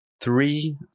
three